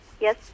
Yes